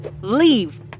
leave